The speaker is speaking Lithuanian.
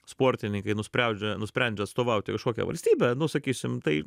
sportininkai nuspreudžia nusprendžia atstovauti kažkokią valstybę nu sakysim tai